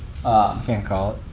can't call it.